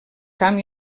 camp